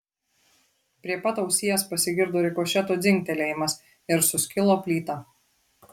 prie pat ausies pasigirdo rikošeto dzingtelėjimas ir suskilo plyta